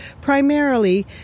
primarily